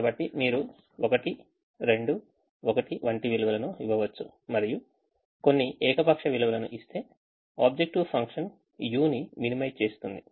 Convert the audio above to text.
కాబట్టి మీరు 1 2 1 వంటి విలువలను ఇవ్వవచ్చు మరియు కొన్ని ఏకపక్ష విలువలను ఇస్తే ఆబ్జెక్టివ్ ఫంక్షన్ u ని minimize చేస్తుంది